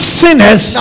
sinners